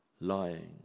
lying